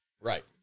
Right